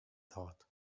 thought